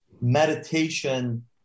meditation